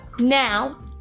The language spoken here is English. Now